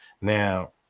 Now